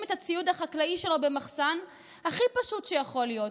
את הציוד החקלאי שלו במחסן הכי פשוט שיכול להיות,